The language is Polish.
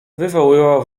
wywoływał